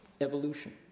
Evolution